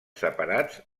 separats